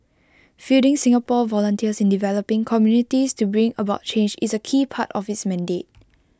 fielding Singapore volunteers in developing communities to bring about change is A key part of its mandate